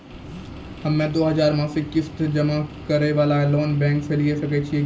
हम्मय दो हजार मासिक किस्त जमा करे वाला लोन बैंक से लिये सकय छियै की?